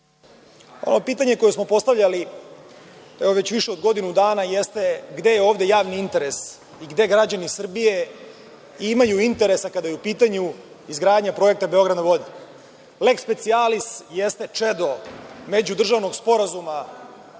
Ovo pitanje koje smo postavljali evo već više od godinu dana jeste gde je ovde javni interes i gde građani Srbije imaju interesa kada je u pitanju izgradnja projekta „Beograd na vodi“. Leks specijalis jeste čedo međudržavnog sporazuma